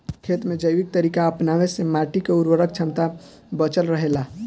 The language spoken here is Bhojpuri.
खेत में जैविक तरीका अपनावे से माटी के उर्वरक क्षमता बचल रहे ला